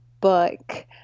book